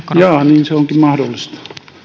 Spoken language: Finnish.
jaa niin se onkin mahdollista